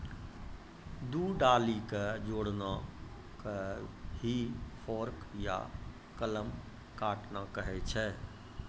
दू डाली कॅ जोड़ना कॅ ही फोर्क या कलम काटना कहै छ